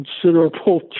considerable